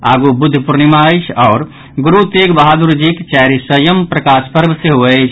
आगू बुद्ध पूर्णिमा अछि आओर गुरू तेगबहादुर जीक चारि सयम प्रकाशपर्व सेहो अछि